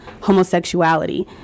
homosexuality